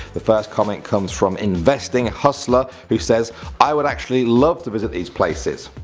the first comment comes from investing hustler who says i would actually love to visit these places,